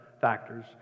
factors